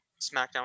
SmackDown